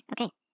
Okay